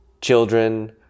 children